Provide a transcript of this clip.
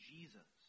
Jesus